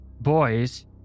boys